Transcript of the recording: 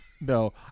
no